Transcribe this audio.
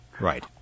Right